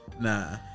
Nah